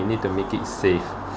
we need to make it safe